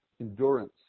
Endurance